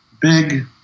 big